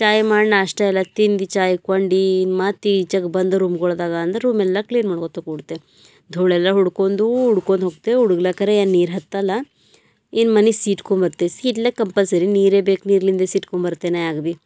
ಚಾಯ್ ಮಾಡಿ ನಾಷ್ಟ ಎಲ್ಲ ತಿಂದು ಚಾಯ್ ಕೊಂಡಿ ಮತ್ತೀಚೆಗೆ ಬಂದು ರೂಮ್ಗೊಳ್ದಾಗ ಅಂದರೆ ರೂಮೆಲ್ಲ ಕ್ಲೀನ್ ಮಾಡ್ಕೊತ ಕೂಡ್ತೆ ಧೂಳೆಲ್ಲ ಹೊಡ್ಕೊಂಡು ಹೊಡ್ಕೊಂಡ್ ಹೋಗ್ತೀವಿ ಹುಡುಗ್ಲಕರೆ ನೀರು ಹತ್ತಲ್ಲ ಇನ್ನು ಮನೆ ಸೀಟ್ಕೊಂಡು ಬರ್ತೀವಿ ಸೀಡ್ಲಕ್ಕ ಕಂಪಲ್ಸರಿ ನೀರೇ ಬೇಕು ನೀರಲ್ಲಿ ಸೀಟ್ಕೊಂಡು ಬರ್ತೀನಿ ಆಗ ಭೀ